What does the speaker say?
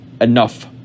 Enough